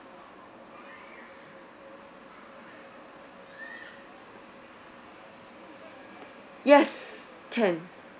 yes can